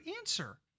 answer